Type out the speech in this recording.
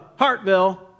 Hartville